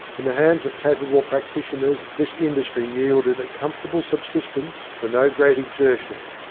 in the hands of capable practitioners this industry yielded a comfortable subsistence for no great exertion.